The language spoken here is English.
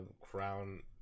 crown